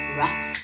rough